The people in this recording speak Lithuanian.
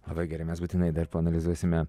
labai gerai mes būtinai dar paanalizuosime